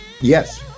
Yes